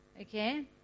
Okay